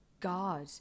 God